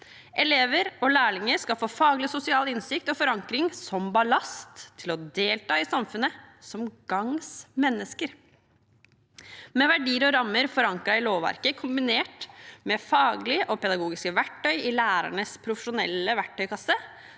Elever og lærlinger skal få faglig og sosial innsikt og forankring som ballast til å delta i samfunnet som gagns mennesker. Med verdier og rammer forankret i lovverket kombinert med faglige og pedagogiske verktøy i lærernes profesjonelle verktøykasse